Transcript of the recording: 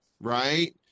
right